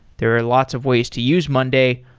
there are lots of ways to use monday,